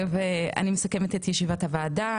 אני מסכמת את ישיבת הוועדה,